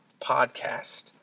podcast